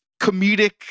comedic